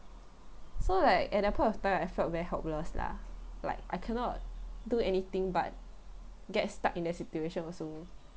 so like at that point of time I felt very helpless lah like I cannot do anything but get stuck in that situation also